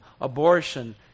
abortion